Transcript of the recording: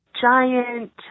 giant